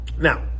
now